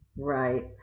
Right